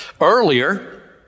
Earlier